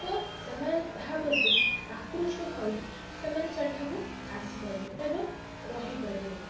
ଓ ସେମାନେ ତାହାପ୍ରତି ଆକୃଷ୍ଟ ହୋଇ ସେମାନେ ସେଠାକୁ ଆସିପାରିବେ ଏବଂ ରହିପାରିବେ